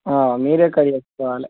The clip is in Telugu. మీరే కట్ చేసుకోవాలి